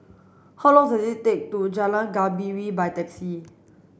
how long does it take to Jalan Gembira by taxi